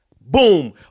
Boom